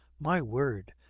my word!